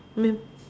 live